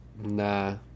Nah